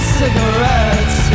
cigarettes